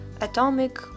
atomic